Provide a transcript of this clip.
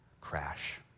crash